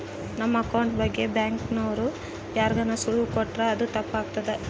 ನಮ್ ಅಕೌಂಟ್ ಬಗ್ಗೆ ಬ್ಯಾಂಕ್ ಅವ್ರು ಯಾರ್ಗಾನ ಸುಳಿವು ಕೊಟ್ರ ಅದು ತಪ್ ಆಗ್ತದ